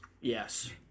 Yes